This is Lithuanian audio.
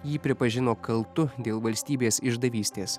jį pripažino kaltu dėl valstybės išdavystės